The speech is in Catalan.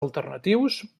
alternatius